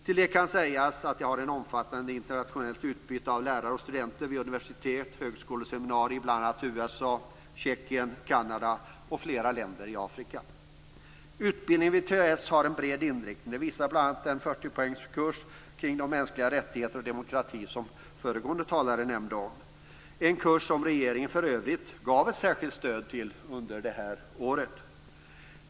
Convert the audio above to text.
Till det kan sägas att de har ett omfattande internationellt utbyte av lärare och studenter vid universitet, högskolor och seminarier i bl.a. USA, Tjeckien, Kanada och flera länder i Afrika. Utbildningen vid THS har en bred inriktning. Det visar bl.a. den 40-poängskurs kring mänskliga rättigheter och demokrati som föregående talare nämnde. Det är en kurs som regeringen för övrigt gav ett särskilt stöd till under detta år.